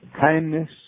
kindness